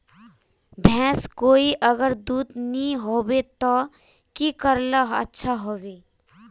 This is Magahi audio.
भैंस कोई अगर दूध नि होबे तो की करले ले अच्छा होवे?